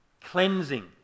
cleansing